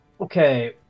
Okay